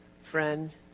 friend